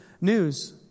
news